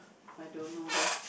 I don't know leh